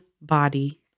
body